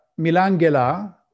Milangela